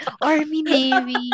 Army-Navy